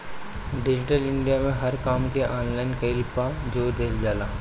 digital India में हर काम के ऑनलाइन कईला पअ जोर देहल जात हवे